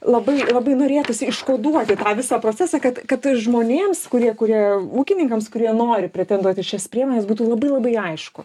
labai labai norėtųsi iškoduoti tą visą procesą kad kad žmonėms kurie kurie ūkininkams kurie nori pretenduoti į šias priemones būtų labai labai aišku